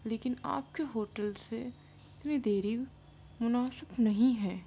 لیکن آپ کے ہوٹل سے اتنی دیری مناسب نہیں ہے